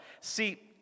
See